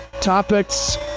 topics